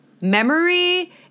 memory